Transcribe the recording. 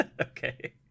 Okay